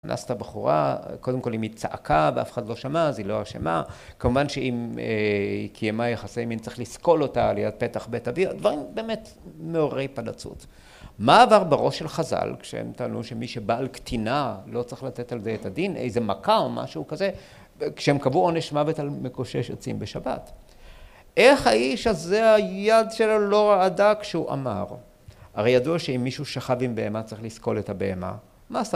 אנסתה בחורה, קודם כל אם היא צעקה ואף אחד לא שמע אז היא לא אשמה, כמובן שאם היא קיימה יחסי מין צריך לסכול אותה על יד פתח בית אוויר, דברים באמת מעוררי פלצות. מה עבר בראש של חז״ל כשהם טענו שמי שבעל קטינה לא צריך לתת על זה את הדין, איזה מכה או משהו כזה, כשהם קבעו עונש מוות על מקושש עצים בשבת. איך האיש הזה היד שלו לא רעדה כשהוא אמר. הרי ידוע שאם מישהו שכב עם בהמה צריך לסכול את הבהמה